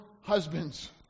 husbands